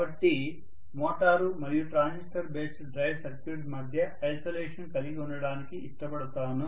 కాబట్టి మోటారు మరియు transistor based drive circuit మధ్య ఐసోలేషన్ కలిగి ఉండడానికి ఇష్ట పడతాను